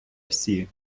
всі